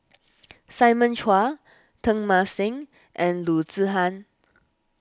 Simon Chua Teng Mah Seng and Loo Zihan